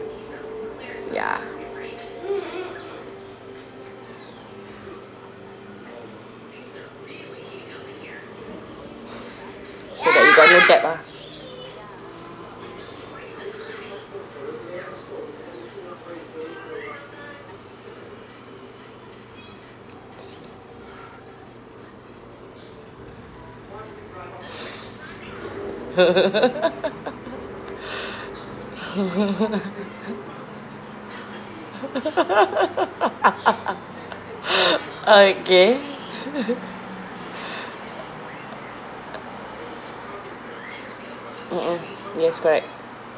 ya so that you got no debt ah okay mm mm yes correct